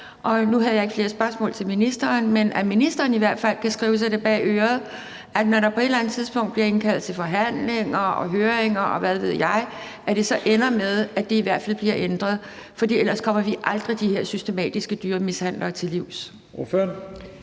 Nu havde jeg ikke flere spørgsmål til ministeren, men ministeren kan i hvert fald skrive sig bag øret, at når der på et eller andet tidspunkt bliver indkaldt til forhandlinger og høringer, og hvad ved jeg, så bør det ende med, at det bliver ændret. For ellers kommer vi aldrig de her systematiske dyremishandlinger til livs.